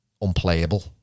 unplayable